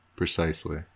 Precisely